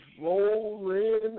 rolling